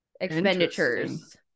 expenditures